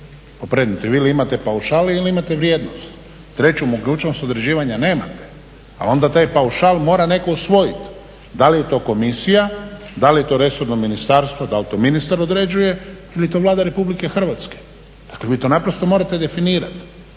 o predmetu. Ili imate paušal ili imate vrijednost, treću mogućnost određivanja nemate, ali onda taj paušal mora netko usvojiti. Da li je to komisija, da li je to resorno ministarstvo, da li to ministar određuje ili je to Vlada RH. Dakle, vi to naprosto morate definirati